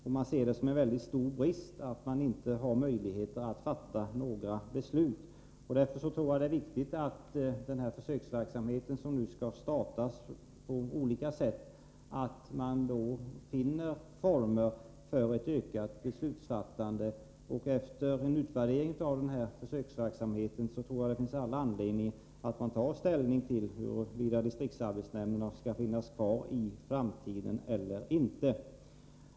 Det ses som en stor brist att man där inte har några möjligheter att fatta beslut. Därför tror jagatt det är viktigt att man inom den försöksverksamhet som nu skall startas på olika sätt finner former för ett ökat beslutsfattande. Efter en utvärdering av försöksverksamheten tror jag att det finns all anledning att ta ställning till huruvida distriktsarbetsnämnderna skall finnas kvar i framtiden eller inte.